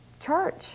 church